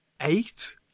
Eight